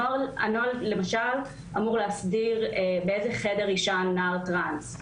הנוהל למשל אמור להסדיר באיזה חדר יישן נער טרנס: